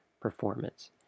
performance